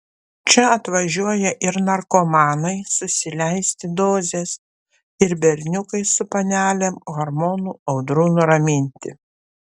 čia atvažiuoja ir narkomanai susileisti dozės ir berniukai su panelėm hormonų audrų nuraminti